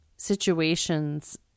situations